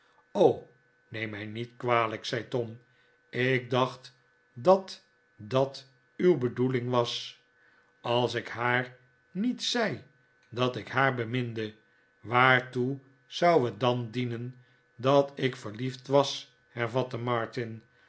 neem mij niet kwalijk zei tom ik dacht dat dat uw bedoeling was als ik haar niet zei dcit ik haar beminde waartoe zou he t dan dienen dat ik verliefd was hervatte